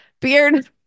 Beard